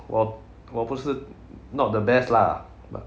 我我不是 not the best lah but